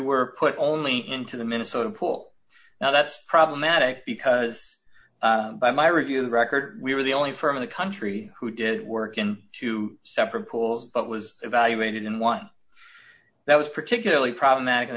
were put only into the minnesota pool now that's problematic because by my review record we were the only firm in the country who did work in two separate pools but was evaluated in one that was particularly problematic